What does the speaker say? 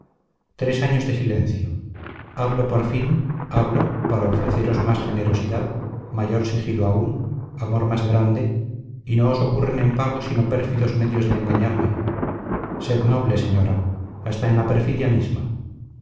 tres años de silencio hablo por fin hablo para ofreceros más generosidad mayor sigilo aún amor más grande y no os ocurren en pago sino pérfidos medios de engañarme sed noble señora hasta en la perfidia misma